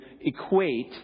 equate